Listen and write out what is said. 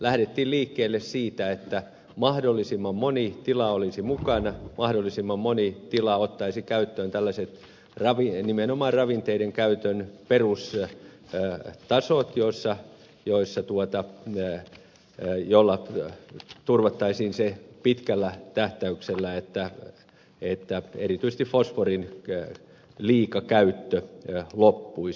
lähdettiin liikkeelle siitä että mahdollisimman moni tila olisi mukana mahdollisimman moni tila ottaisi käyttöön nimenomaan ravinteiden käytön perussyy on selvää että soita joissa joissa tuota perustasot joilla turvattaisiin pitkällä tähtäyksellä että erityisesti fosforin liikakäyttö loppuisi